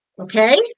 Okay